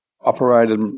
operated